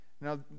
Now